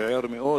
וער מאוד,